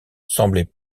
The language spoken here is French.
semblait